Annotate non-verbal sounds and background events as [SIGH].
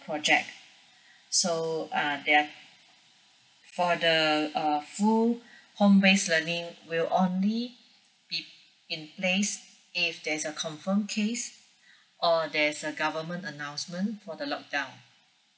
project [BREATH] so err they are for the err full [BREATH] home based learning will only be in place if there is a confirmed case [BREATH] or there is a government announcement for the lockdown